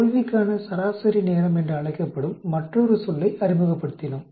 தோல்விக்கான சராசரி நேரம் என்று அழைக்கப்படும் மற்றொரு சொல்லை அறிமுகப்படுத்தினோம்